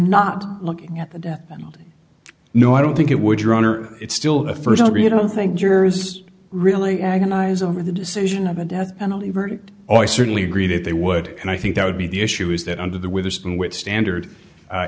not looking at the death penalty no i don't think it would your honor it's still a st albeit i don't think jurors really agonize over the decision of a death penalty verdict i certainly agree that they would and i think that would be the issue is that under the witherspoon which standard